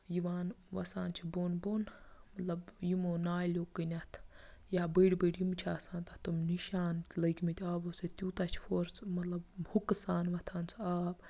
یِوان وَسان چھِ بۄن بۄن مطلب یِمو نالیُو کُنٮ۪تھ یا بٔڑۍ بٔڑۍ یِم چھِ آسان تَتھ تٕم نِشان لٔگۍ مٕتۍ آبو سۭتۍ تیوٗتاہ چھِ فورس مطلب حٕکہٕ سان وۄتھان سُہ آب